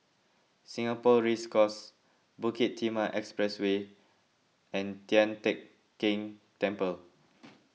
Singapore Race Course Bukit Timah Expressway and Tian Teck Keng Temple